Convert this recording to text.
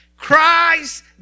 Christ